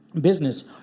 business